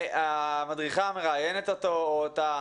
המדריכה מראיינת אותו או אותה,